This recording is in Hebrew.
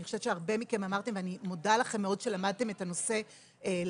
אני חושבת שהרבה מכם אמרתם ואני מודה לכם מאוד שלמדתם את הנושא לעומק,